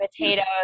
potatoes